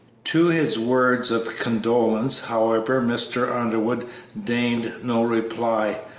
to his words of condolence, however, mr. underwood deigned no reply,